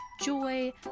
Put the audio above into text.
joy